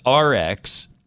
RX